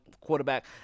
quarterback